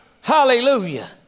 hallelujah